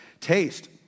taste